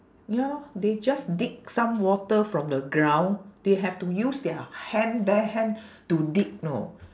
ya lor they just dig some water from the ground they have to use their hand bare hand to dig know